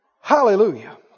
Hallelujah